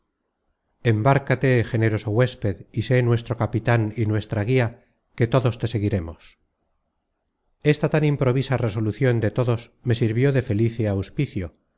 embarcate generoso huésped y sé nuestro capitan y nuestra guía que todos te seguiremos esta tan improvisa resolucion de todos me sirvió de felice auspicio